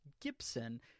Gibson